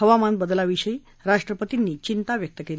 हवामान बदलाविषयी राष्ट्रपतींनी चिंता व्यक्त केली